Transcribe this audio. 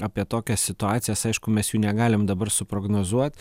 apie tokias situacijas aišku mes jų negalim dabar suprognozuot